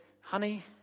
Honey